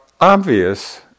obvious